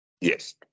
Yes